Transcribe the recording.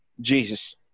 Jesus